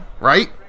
Right